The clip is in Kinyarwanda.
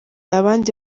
abandi